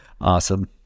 Awesome